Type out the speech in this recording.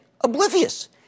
oblivious